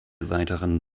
weiteren